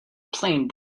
plane